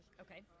Okay